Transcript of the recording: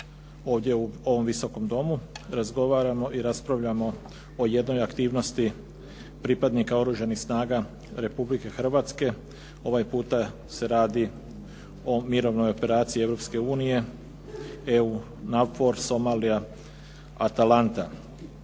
ovdje u ovom Visokom domu razgovaramo i raspravljamo o jednoj aktivnosti pripadnika Oružanih snaga Republike Hrvatske. Ovaj puta se radi o Mirovnoj operaciji Europske unije EU NAVFOR Somalia Atalanta.